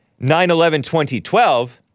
9-11-2012